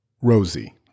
Rosie